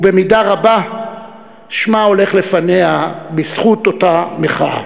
ובמידה רבה שמה הולך לפניה בזכות אותה מחאה.